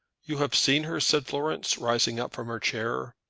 you have seen her? said florence, rising up from her chair.